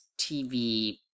tv